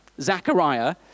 Zachariah